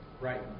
Right